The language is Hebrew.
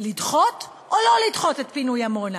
לדחות או לא לדחות את פינוי עמונה.